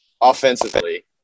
Offensively